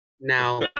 now